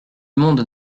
monde